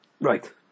Right